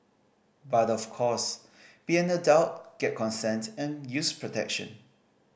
but of course please be an adult get consent and use protection